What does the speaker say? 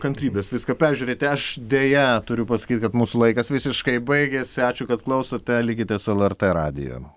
kantrybės viską peržiūrėti aš deja turiu pasakyt kad mūsų laikas visiškai baigėsi ačiū kad klausote likite su lrt radiju